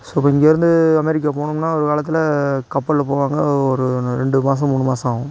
so இப்போ இங்கேருந்து America போகணும்னா ஒரு காலத்தில் கப்பலில் போவாங்க ஒரு ரெண்டு மாசம் மூணு மாசம் ஆகும்